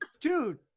dude